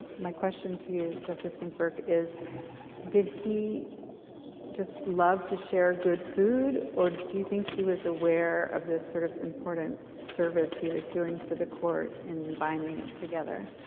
my question to you, justice ginsburg, is did he just love to share good food? or do you think he was aware of the sort of important service he was doing for the court in binding it together?